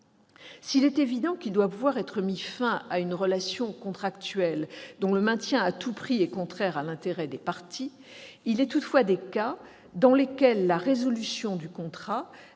S'il est évident qu'il doit pouvoir être mis fin à une relation contractuelle dont le maintien à tout prix est contraire à l'intérêt des parties, il est toutefois des cas dans lesquels la résolution du contrat ne présente,